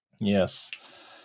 Yes